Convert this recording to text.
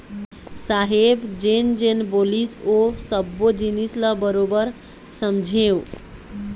साहेब जेन जेन बोलिस ओ सब्बो जिनिस ल बरोबर समझेंव